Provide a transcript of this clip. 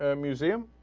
ah museum